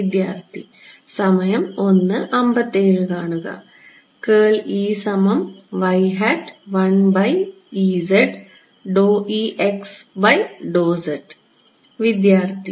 വിദ്യാർത്ഥി del by del z of E x